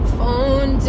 phone